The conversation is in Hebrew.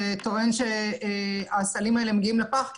שטוען שהסלים האלה מגיעים לפח,